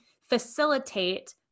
facilitate